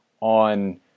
on